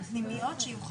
שבפנימיות שאין